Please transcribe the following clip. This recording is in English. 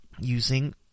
using